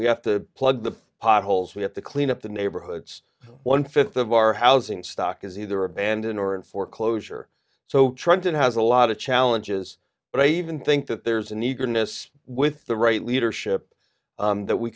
we have to plug the potholes we have to clean up the neighborhoods one fifth of our housing stock is either abandoned or in foreclosure so trenton has a lot of challenges but i even think that there's an eagerness with the right leadership that we